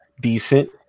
decent